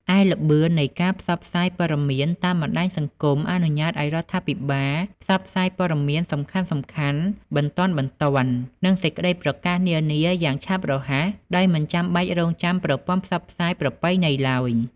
ឯល្បឿននៃការផ្សព្វផ្សាយព័ត៌មានតាមបណ្ដាញសង្គមអនុញ្ញាតឱ្យរដ្ឋាភិបាលផ្សព្វផ្សាយព័ត៌មានសំខាន់ៗ បន្ទាន់ៗ និងសេចក្ដីប្រកាសនានាបានយ៉ាងឆាប់រហ័ស ដោយមិនចាំបាច់រង់ចាំប្រព័ន្ធផ្សព្វផ្សាយប្រពៃណីឡើយ។